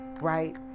right